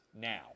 now